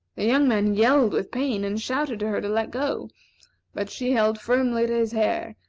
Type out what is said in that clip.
the young man yelled with pain, and shouted to her to let go but she held firmly to his hair,